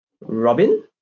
Robin